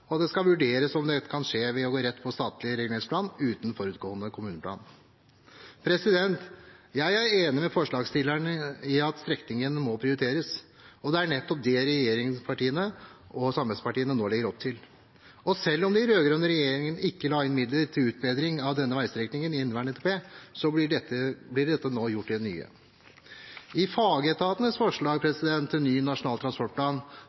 og at det skal vurderes om dette kan skje ved å gå rett på statlig reguleringsplan uten forutgående kommuneplan. Jeg er enig med forslagsstillerne i at strekningen må prioriteres, og det er nettopp det regjeringspartiene og samarbeidspartiene nå legger opp til. Selv om den rød-grønne regjeringen ikke la inn midler til utbedring av denne veistrekningen i inneværende NTP, blir dette nå gjort i den nye. I fagetatenes forslag til ny nasjonal transportplan